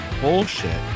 bullshit